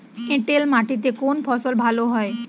এঁটেল মাটিতে কোন ফসল ভালো হয়?